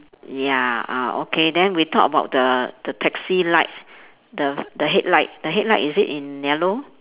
ya ah okay then we talk about the the taxi light the the headlight the headlight is it in yellow